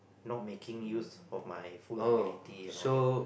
not making use of my full ability and all that